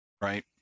right